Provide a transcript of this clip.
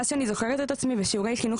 מאז שאני זוכרת את עצמי בשיעורי חינוך